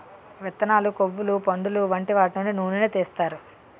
విత్తనాలు, కొవ్వులు, పండులు వంటి వాటి నుండి నూనెలు తీస్తారు